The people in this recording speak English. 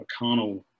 McConnell